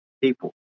People